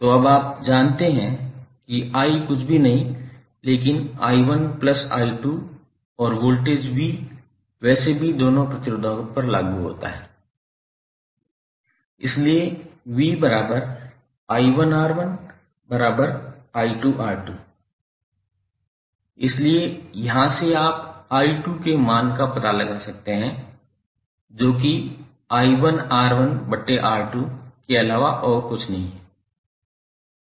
तो अब आप जानते हैं कि i कुछ भी नहीं है लेकिन i1 प्लस i2 और वोल्टेज v वैसे भी दोनों प्रतिरोधों पर लागू होता है इसलिए 𝑣𝑖1𝑅1𝑖2𝑅2 इसलिए यहां से आप 𝑖2 के मान का पता लगा सकते हैं जो कि 𝑖1𝑅1𝑅2 के अलावा और कुछ नहीं है